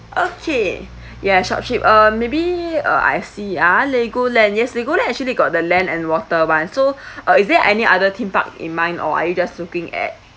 okay yeah short trip uh maybe uh I see ah legoland yes legoland actually got the land and water [one] so uh is there any other theme park in mind or are you just looking at